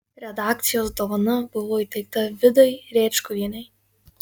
redakcijos dovana buvo įteikta vidai rėčkuvienei